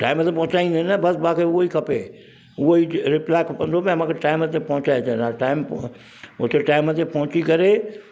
time ते पहुचाईंदे न बसि मांखे उहो ई खपे उहो ई रिप्लाए खपंदो मांखे टाइम ते पहुचाए जे टाइम उते टाइम ते पहुची करे